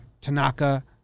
Tanaka